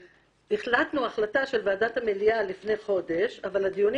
החלטנו החלטה של ועדת המליאה לפני כחודש אבל הדיונים